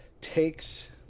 takes